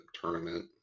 tournament